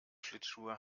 schlittschuhe